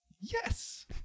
Yes